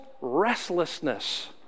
restlessness